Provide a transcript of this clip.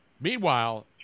Meanwhile